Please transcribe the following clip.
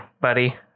buddy